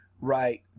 right